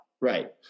Right